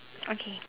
okay